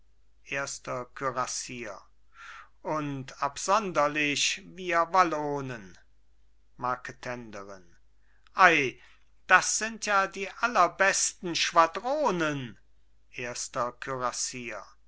erster kürassier und absonderlich wir wallonen marketenderin ei das sind ja die allerbesten schwadronen erster